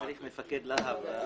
שלום לכולם.